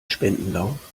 spendenlauf